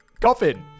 Coffin